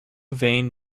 vein